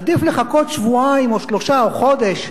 עדיף לחכות שבועיים או שלושה שבועות או חודש,